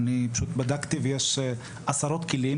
בדקתי ויש עשרות כלים.